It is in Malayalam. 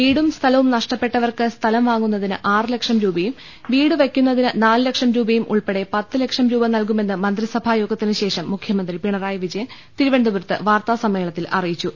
വീടും സ്ഥലവും നഷ്ടപ്പെട്ടവർക്ക് സ്ഥലം വാങ്ങുന്നതിന് ആറ് ലക്ഷം രൂപയും വീടു വെയ്ക്കുന്നതിന് നാല് ലക്ഷം രൂപയും ഉൾപ്പെടെ പത്ത്ലക്ഷം രൂപ നൽകുമെന്ന് മന്ത്രിസഭായോഗത്തിന്ശേഷം മുഖ്യമന്ത്രി പിണറായി വിജയൻ തിരുവനന്തപുരത്ത് വാർത്താസ മ്മേളനത്തിൽ അറിയിച്ചു